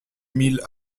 mille